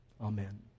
Amen